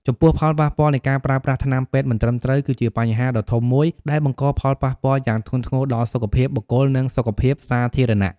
ចំពោះផលប៉ះពាល់នៃការប្រើប្រាស់ថ្នាំពេទ្យមិនត្រឹមត្រូវ គឺជាបញ្ហាដ៏ធំមួយដែលបង្កផលប៉ះពាល់យ៉ាងធ្ងន់ធ្ងរដល់សុខភាពបុគ្គល និងសុខភាពសាធារណៈ ។